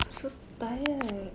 I'm so tired